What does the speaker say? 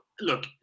look